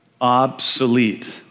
obsolete